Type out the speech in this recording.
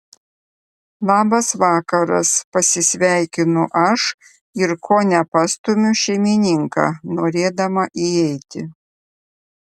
labas vakaras pasisveikinu aš ir kone pastumiu šeimininką norėdama įeiti